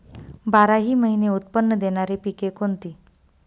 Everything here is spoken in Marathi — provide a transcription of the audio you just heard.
बाराही महिने उत्त्पन्न देणारी पिके कोणती?